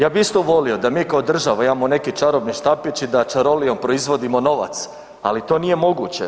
Ja bih isto volio da mi kao država imamo neki čarobni štapić i da čarolijom proizvodimo novac, ali to nije moguće.